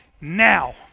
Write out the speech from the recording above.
now